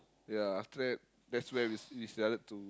ya after that that's where we we started to